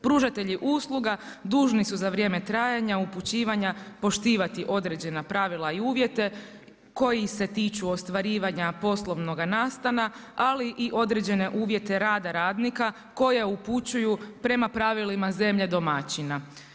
Pružatelji usluga dužni su za vrijeme trajanja upućivanja poštivati određena pravila u uvjete koji se tiču ostvarivanja poslovnoga nastana ali i određene uvjete rada radnika koje upućuju prema pravilima zemlje domaćina.